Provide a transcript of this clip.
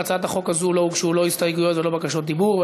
להצעת החוק הזו לא הוגשו הסתייגויות ולא בקשות דיבור.